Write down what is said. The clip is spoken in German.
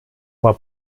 war